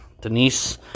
Denise